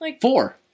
Four